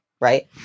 right